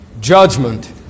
judgment